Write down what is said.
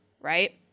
right